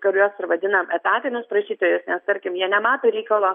kuriuos ir vadinam etatinius prašytojus nes tarkim jie nemato reikalo